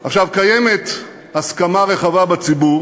עכשיו, קיימת הסכמה רחבה בציבור